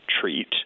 treat